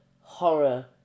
horror